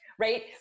right